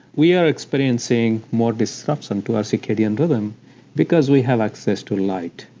we are experiencing more disruption to our circadian rhythm because we have access to light.